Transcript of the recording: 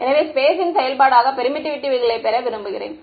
எனவே ஸ்பேஸின் செயல்பாடாக பெர்மிட்டிவிட்டிகளை பெற விரும்புகிறேன்